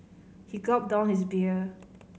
he gulped down his beer